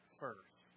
first